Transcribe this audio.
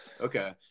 Okay